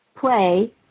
play